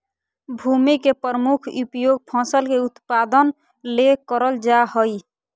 भूमि के प्रमुख उपयोग फसल के उत्पादन ले करल जा हइ